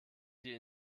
die